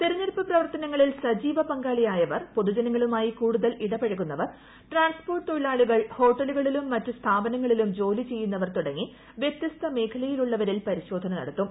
തെരഞ്ഞെടുപ്പ് പ്രവർത്ത്ന്ങ്ങളിൽ സജീവ പങ്കാളിയായവർ പൊതുജനങ്ങളുമായി കൂടുതൽ ഇടപഴകുന്നവർ ട്രാൻസ്പോർട്ട് തൊഴിലാളികൾ ഹോട്ടലുകളിലും മറ്റു സ്ഥാപനങ്ങളിലും ജോലി ചെയ്യുന്നവർ തുടങ്ങി വൃത്യസ്ത മേഖലകളിലുള്ളവരിൽ പരിശോധന നടത്തും